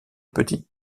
petite